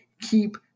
keep